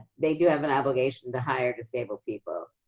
they do have an obligation to hire disabled people